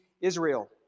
Israel